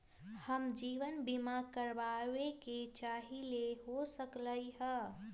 हम जीवन बीमा कारवाबे के चाहईले, हो सकलक ह?